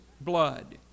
blood